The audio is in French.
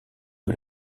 que